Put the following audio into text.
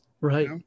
Right